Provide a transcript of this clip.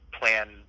plan